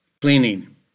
cleaning